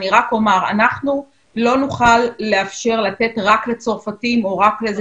אנחנו לא נוכל לאפשר לתת רק לצרפתים או רק לזה,